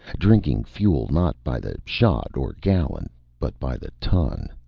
drinking fuel not by the shot or gallon but by the ton.